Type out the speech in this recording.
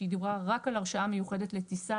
שהיא דיברה רק על הרשאה מיוחדת לטיסה,